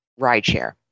rideshare